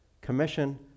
commission